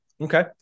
Okay